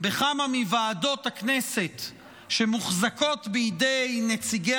בכמה מוועדות הכנסת שמוחזקות בידי נציגי